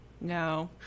No